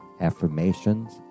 affirmations